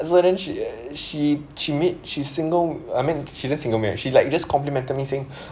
so then she uh she she made she singled I mean she didn't singled me she like just complimented me saying